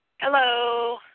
Hello